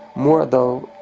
more though,